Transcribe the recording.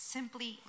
Simply